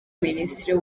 minisitiri